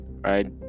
Right